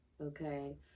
okay